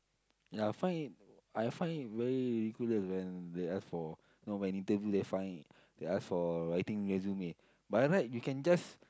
ya I find it I find it very ridiculous when they ask for you know when interview they find it they ask for writing resume by right you can just